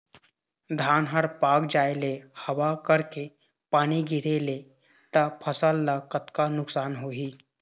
धान हर पाक जाय ले हवा करके पानी गिरे ले त फसल ला कतका नुकसान होही?